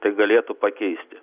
tai galėtų pakeisti